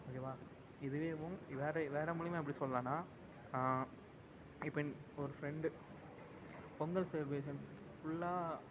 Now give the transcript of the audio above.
ஓகேவா இதுவேவும் வேறு வேறு மூலிமா எப்படி சொல்லான்னால் இப்போ ஒரு ஃப்ரெண்டு பொங்கல் செலிப்ரேஷன் ஃபுல்லாக